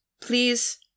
Please